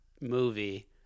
movie